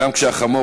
גם כשהחמור,